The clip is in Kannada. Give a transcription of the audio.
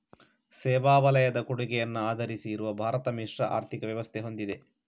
ಸೇವಾ ವಲಯದ ಕೊಡುಗೆಯನ್ನ ಆಧರಿಸಿ ಇರುವ ಭಾರತ ಮಿಶ್ರ ಆರ್ಥಿಕ ವ್ಯವಸ್ಥೆ ಹೊಂದಿದೆ